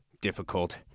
difficult